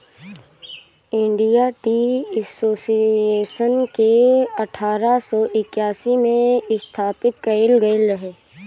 India tea association के अठारह सौ इक्यासी में स्थापित कईल गईल रहे